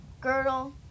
girdle